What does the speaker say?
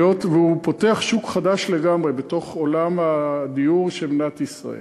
היות שהוא פותח שוק חדש לגמרי בתוך עולם הדיור של מדינת ישראל,